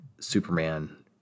superman